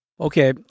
Okay